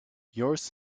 yours